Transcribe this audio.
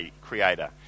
creator